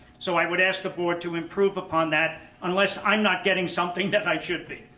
so, i would ask the board to improve upon that unless i'm not getting something that i should be.